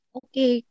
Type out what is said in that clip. okay